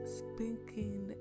speaking